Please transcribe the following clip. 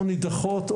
נידחות,